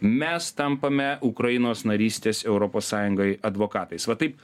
mes tampame ukrainos narystės europos sąjungoj advokatais va taip